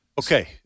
okay